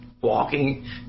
Walking